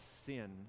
sin